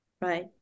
right